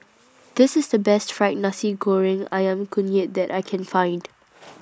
This IS The Best Fry Nasi Goreng Ayam Kunyit that I Can Find